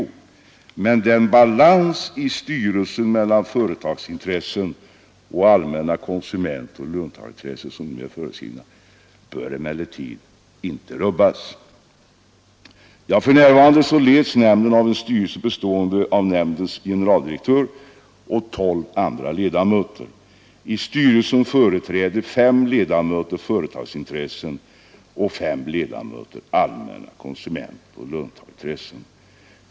Men sedan säger reservanterna: ”Den balans i styrelsen mellan företagsintressen samt allmänna konsumentoch löntagarintressen som nu är föreskriven bör emellertid inte rubbas.” För närvarande leds nämnden av en styrelse bestående av nämndens generaldirektör och tolv andra ledamöter. I styrelsen företräder fem ledamöter företagsintressen och fem ledamöter allmänna konsumentoch löntagarintressen.